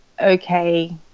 okay